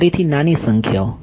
ફરીથી નાની સંખ્યાઓ